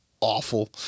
awful